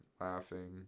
laughing